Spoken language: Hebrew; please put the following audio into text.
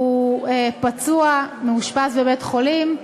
הוא פצוע, מאושפז בבית-חולים,